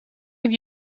have